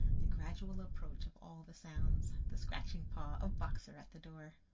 the gradual approach of all the sounds. the scratching paw of boxer at the door!